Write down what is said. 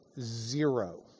zero